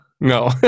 No